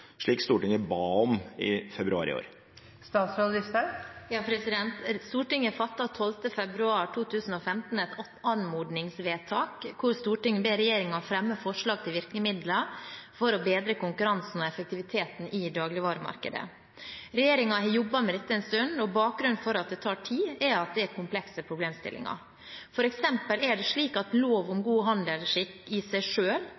slik Stortinget ba om i februar i år?» Stortinget fattet 12. februar 2015 et anmodningsvedtak hvor Stortinget ber regjeringen fremme forslag til virkemidler for å bedre konkurransen og effektiviteten i dagligvaremarkedet. Regjeringen har jobbet med dette en stund, og bakgrunnen for at det tar tid, er at det er komplekse problemstillinger. For eksempel er det slik at en lov om god handelsskikk i seg